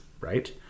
right